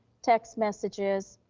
text messages,